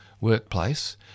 workplace